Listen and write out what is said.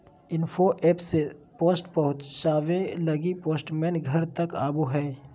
info app से post पहुचावे लगी पोस्टमैन घर तक आवो हय